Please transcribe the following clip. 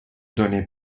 donnés